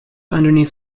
underneath